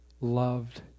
loved